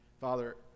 Father